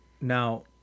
Now